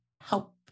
help